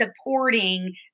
supporting